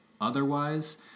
otherwise